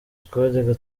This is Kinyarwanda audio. twajyaga